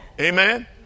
Amen